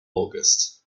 august